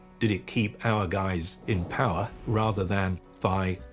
did it keep our guys in power? rather than by,